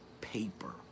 paper